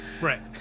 right